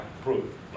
Prove